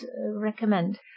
recommend